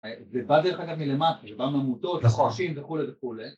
זה בא, דרך אגב, מלמטה. זה בא מעמותות. נכון. לחלשים וכולי וכולי